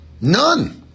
None